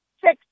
Six